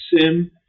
SIM